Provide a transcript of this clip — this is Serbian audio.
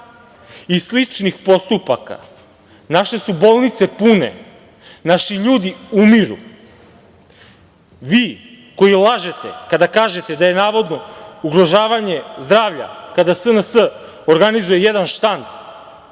i sličnih postupaka naše su bolnice pune, naši ljudi umiru. Vi koji lažete kada kažete da je navodno ugrožavanje zdravlja kada SNS organizuje jedan štand,